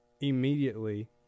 immediately